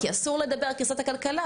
כי אסור לדבר על קריסת הכלכלה,